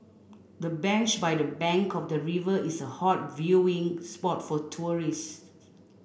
the bench by the bank of the river is a hot viewing spot for tourists